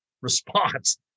response